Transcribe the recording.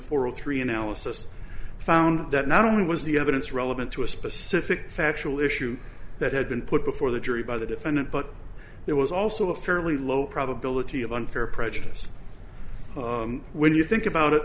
four or three analysis found that not only was the evidence relevant to a specific factual issue that had been put before the jury by the defendant but there was also a fairly low probability of unfair prejudice when you think about it